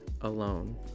alone